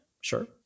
sure